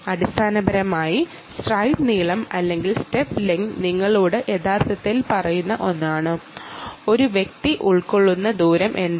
അടിസ്ഥാനപരമായി സ്ട്രൈഡ് നീളം അല്ലെങ്കിൽ സ്റ്റെപ്പ് ലെങ്ത് നിങ്ങളോട് പറയുന്ന ഒന്നാണ് ഒരു വ്യക്തി ഉൾക്കൊള്ളുന്ന ദൂരം എന്താണ്